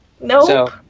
Nope